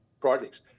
projects